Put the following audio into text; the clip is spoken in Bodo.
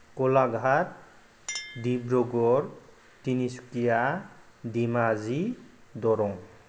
गलाघात डिब्रुगर तिनिसुकिया धेमाजि दरं